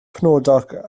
penodol